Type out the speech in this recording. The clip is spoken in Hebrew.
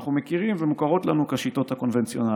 שאנחנו מכירים והן מוכרות לנו כשיטות הקונבנציונליות.